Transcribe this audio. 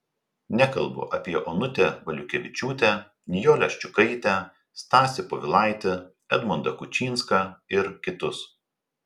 nekalbu apie onutę valiukevičiūtę nijolę ščiukaitę stasį povilaitį edmundą kučinską ir kitus